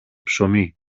ψωμί